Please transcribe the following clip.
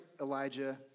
Elijah